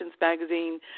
magazine